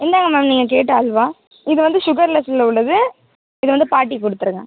இந்தாங்க மேம் நீங்கள் கேட்ட அல்வா இது வந்து சுகர்லெஸ்ஸில் உள்ளது இது வந்து பாட்டிக்கு கொடுத்துருங்க